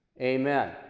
Amen